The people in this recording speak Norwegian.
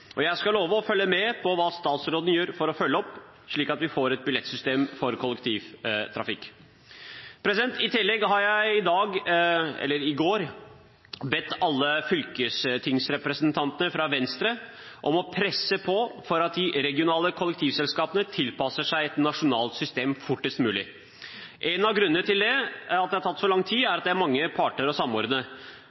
mulig. Jeg skal love å følge med på hva statsråden gjør for å følge opp, slik at vi får et billettsystem for kollektivtrafikk. I tillegg har jeg i dag – eller i går – bedt alle fylkestingsrepresentantene fra Venstre om å presse på for at de regionale kollektivselskapene tilpasser seg et nasjonalt system fortest mulig. En av grunnene til at det har tatt så lang tid, er at det er mange parter å samordne.